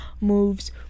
moves